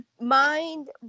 mind